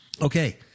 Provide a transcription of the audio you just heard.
Okay